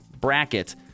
bracket